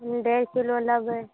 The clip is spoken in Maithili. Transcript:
डेढ़ किलो लेबै